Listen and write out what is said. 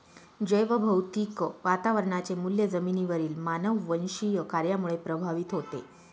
जैवभौतिक वातावरणाचे मूल्य जमिनीवरील मानववंशीय कार्यामुळे प्रभावित होते